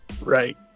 Right